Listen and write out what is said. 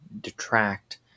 detract